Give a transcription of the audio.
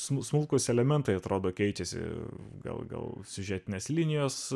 smulkūs elementai atrodo keičiasi gal gal siužetinės linijos